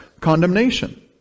condemnation